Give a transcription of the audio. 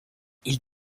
ils